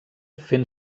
fent